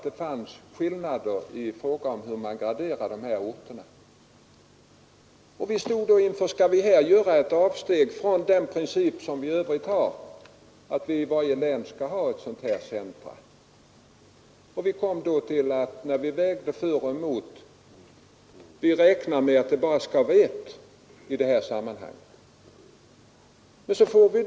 Det fanns skillnader mellan dessa RASER - båda program när det gällde graderingen av orterna. Vi stod då inför Regional utveckfrågan: Skall vi här göra ett avsteg från den princip som vi i övrigt har, att ling och hushållning varje län skall ha ett centrum? med mark och vat När vi vägde för och emot kom vi fram till att det bara borde vara ett fen primärt centrum i Västerbotten.